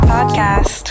Podcast